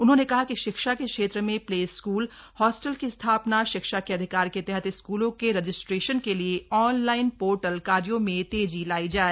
उन्होंने कहा कि शिक्षा के क्षेत्र में प्ले स्कूल हॉस्टल की स्थापना शिक्षा के अधिकार के तहत स्कूलों के रजिस्ट्रेशन के लिए ऑनलाईन पोर्टल कार्यो में तेजी लायी जाए